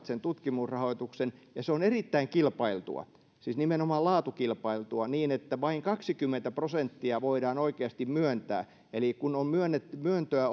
sen tutkimusrahoituksen ja se on erittäin kilpailtua siis nimenomaan laatukilpailtua niin että vain kaksikymmentä prosenttia voidaan oikeasti myöntää eli kun on myöntöä myöntöä